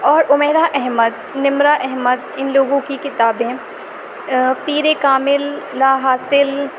اور عمیرہ احمد نمرہ احمد ان لوگوں کی کتابیں پیر کامل لاحاصل